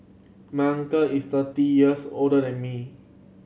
my uncle is thirty years older than me